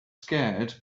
scared